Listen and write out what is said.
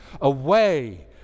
away